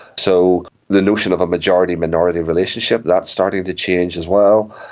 so the notion of a minority-majority relationship, that's starting to change as well.